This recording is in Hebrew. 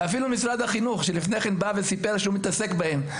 ואפילו משרד החינוך שלפני כן בא וסיפר שהוא מתעסק בהם,